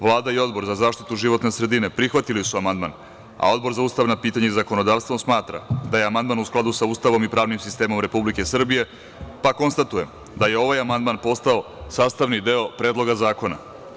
Vlada i Odbor za zaštitu životne sredine prihvatili su amandman, a Odbor za ustavna pitanja i zakonodavstvo smatra da je amandman u skladu sa Ustavom i pravnim sistemom Republike Srbije, pa konstatujem da je ovaj amandman postao sastavni deo Predloga zakona.